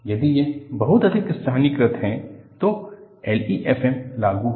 यदि यह बहुत अधिक स्थानीयकृत है तो LEFM लागू है